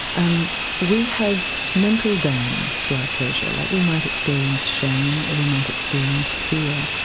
um we have mental dams to our pleasure. like we might experience shame, or we might experience fear,